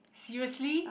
seriously